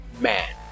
man